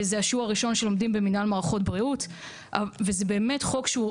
זה השיעור הראשון שלומדים במנהל מערכות בריאות וזה חוק